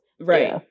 right